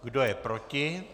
Kdo je proti?